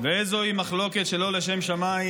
ושאינה לשם שמיים?